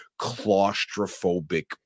claustrophobic